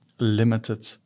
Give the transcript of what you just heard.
Limited